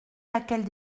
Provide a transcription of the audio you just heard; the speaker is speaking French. laquelle